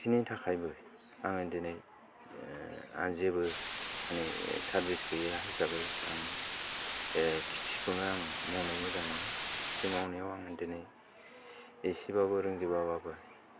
बिथिंनि थाखायबो आङो दिनै जेबो मानि सारबिस गैया हिसाबै आं खेथिखौनो आं मावनो मोजां मोनो खेथि मावनायाव आं दिनै एसेबाबो रोंजोबा बाबो